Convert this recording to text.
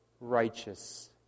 righteous